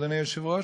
אדוני היושב-ראש,